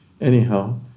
Anyhow